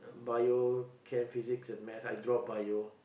Bio Chem Physics and maths I drop Bio